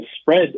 spread